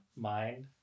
mind